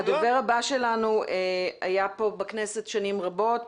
הדובר הבא שלנו היה בכנסת שנים רבות